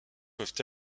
peuvent